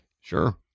Sure